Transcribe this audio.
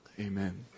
amen